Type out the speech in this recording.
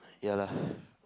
ya lah